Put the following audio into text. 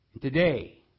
Today